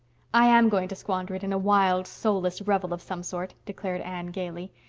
i am going to squander it in a wild soulless revel of some sort, declared anne gaily.